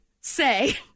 say